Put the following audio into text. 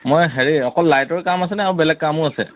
মই হেৰি অকল লাইটৰ কাম আছেনে আৰু বেলেগ কামো আছে